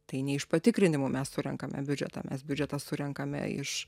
tai ne iš patikrinimų mes surenkame biudžetą mes biudžetą surenkame iš